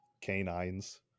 canines